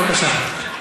בבקשה.